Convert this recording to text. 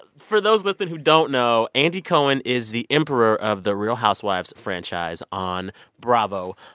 for those listening who don't know, andy cohen is the emperor of the real housewives franchise on bravo.